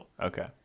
Okay